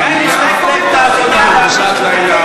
תודה רבה.